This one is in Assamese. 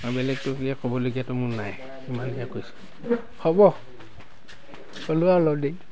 আৰু বেলেগতো ক'বলগীয়াতো মোৰ নাই ইমানেই কৈছো হ'ব চলোৱা অলপ দেৰি